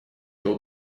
был